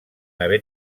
haver